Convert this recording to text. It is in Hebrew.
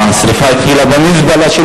השרפה התחילה במזבלה של